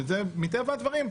שמטבע הדברים,